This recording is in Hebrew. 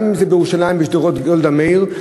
בין שזה בירושלים בשדרות גולדה מאיר,